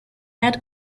had